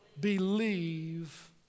Believe